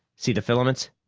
see the filaments?